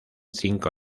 cinco